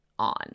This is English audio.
On